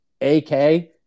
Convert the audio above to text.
AK